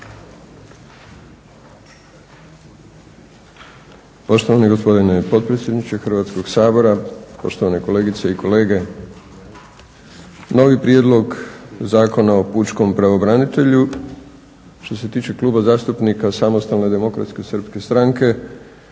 Poštovani gospodine potpredsjedniče Hrvatskog sabora, poštovane kolegice i kolege. Novi prijedlog Zakona o pučkom pravobranitelju što se tiče Kluba zastupnika SDSS-a predstavlja